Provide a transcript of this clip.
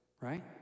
right